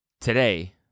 today